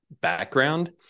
background